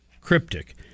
cryptic